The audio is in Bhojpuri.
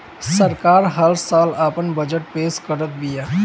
सरकार हल साल आपन बजट पेश करत बिया